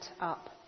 up